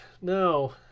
No